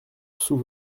sous